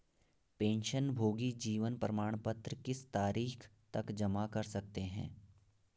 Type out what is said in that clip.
पेंशनभोगी जीवन प्रमाण पत्र किस तारीख तक जमा कर सकते हैं?